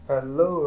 Hello